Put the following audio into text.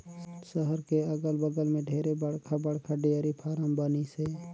सहर के अगल बगल में ढेरे बड़खा बड़खा डेयरी फारम बनिसे